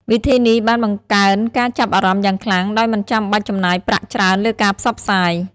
វិធីនេះបានបង្កើនការចាប់អារម្មណ៍យ៉ាងខ្លាំងដោយមិនចាំបាច់ចំណាយប្រាក់ច្រើនលើការផ្សព្វផ្សាយ។